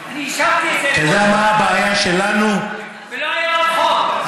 אני אישרתי את זה אתמול, ולא היה עוד חוק.